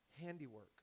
handiwork